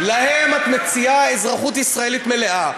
להם את מציעה אזרחות ישראלית מלאה.